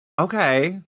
Okay